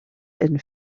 and